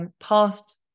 past